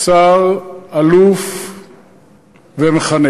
שר, אלוף ומחנך.